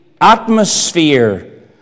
atmosphere